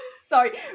sorry